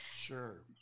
Sure